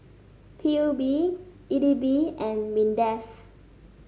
P U B E D B and Mindef